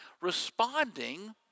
responding